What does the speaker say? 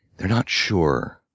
they're not sure